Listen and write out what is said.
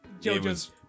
JoJo's